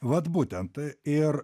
vat būtent tai ir